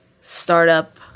startup